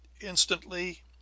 instantly